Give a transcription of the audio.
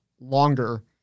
longer